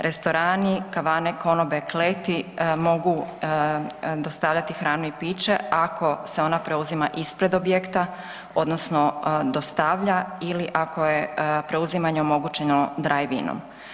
Restorani, kavane, konobe, kleti mogu dostavljati hranu i piće ako se ona preuzima ispred objekta odnosno dostavlja ili ako je preuzimanje omogućeno drive-inom.